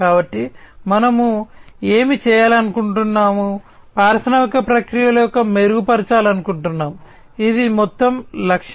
కాబట్టి మనము ఏమి చేయాలనుకుంటున్నాము పారిశ్రామిక ప్రక్రియలను మెరుగుపరచాలనుకుంటున్నాము ఇది మొత్తం లక్ష్యం